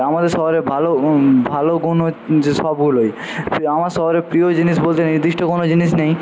আমাদের শহরে ভালো ভালো গুণ হচ্ছে সবগুলোই আমার শহরের প্রিয় জিনিস বলতে নির্দিষ্ট কোনো জিনিস নেই